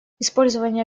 использование